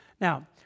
Now